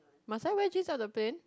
must I wear jeans up the plane